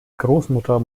großmutter